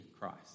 Christ